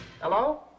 Hello